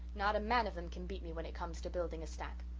not a man of them can beat me when it comes to building a stack.